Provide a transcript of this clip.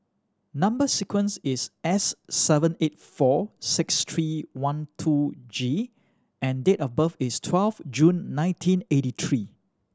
number sequence is S seven eight four six three one two G and date of birth is twelve June nineteen eighty three